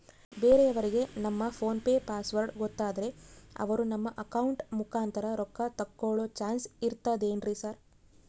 ಬೇರೆಯವರಿಗೆ ನಮ್ಮ PhonePe password ಗೊತ್ತಾದ್ರೆ ಅವರು ನಮ್ಮ ಅಕೌಂಟ್ ಮುಖಾಂತರ ರೊಕ್ಕ ತಕ್ಕೊಳ್ಳೋ ಚಾನ್ಸ್ ಇರ್ತದೆನ್ರಿ ಸರ್?